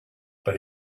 but